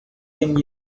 ten